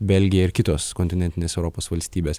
belgija ir kitos kontinentinės europos valstybės